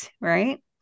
right